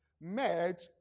met